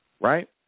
right